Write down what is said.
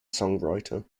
songwriter